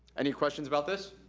any questions about this?